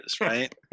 right